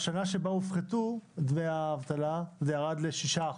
בשנה שבה הופחתו דמי האבטלה זה ירד ל-6%,